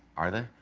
are they?